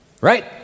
Right